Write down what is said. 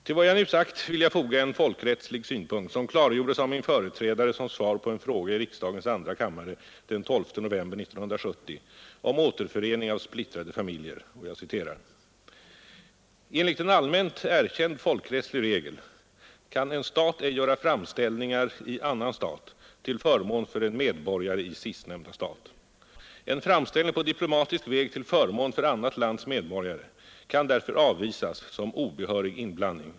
Till vad jag nu sagt vill jag foga en folkrättslig synpunkt, som klargjordes av min företrädare som svar på en fråga i riksdagens andra kammare den 12 november 1970 om återförening av splittrade familjer, och jag citerar: ”Enligt en allmänt erkänd folkrättslig regel kan en stat ej göra framställningar i annan stat till förmån för en medborgare i sistnämnda stat. En framställning på diplomatisk väg till förmån för annat lands medborgare kan därför avvisas som obehörig inblandning.